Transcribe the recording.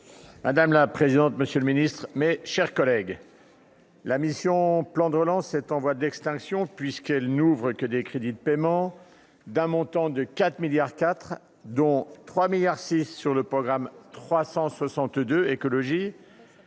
madame la présidente, monsieur le Ministre, mes chers collègues. La mission, plan de relance, c'est en voie d'extinction puisqu'elles n'ouvrent que des crédits de paiement d'un montant de 4 milliards 4, dont 3 milliards 6 sur le programme 362 écologie